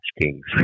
Kings